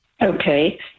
Okay